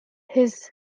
his